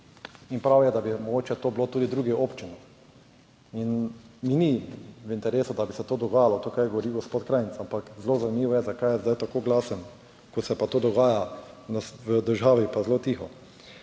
in prav je, da bi mogoče to bilo tudi drugim občinam. In mi ni v interesu, da bi se to dogajalo, to, kar govori gospod Krajnc, ampak zelo zanimivo je, zakaj je zdaj tako glasen. Ko se pa to dogaja v državi pa zelo tiho.